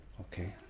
Okay